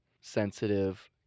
sensitive